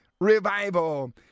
revival